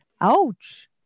ouch